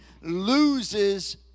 loses